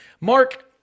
mark